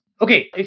Okay